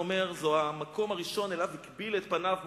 זה אומר, המקום הראשון שאליו הקביל את פניו מוחמד,